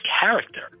character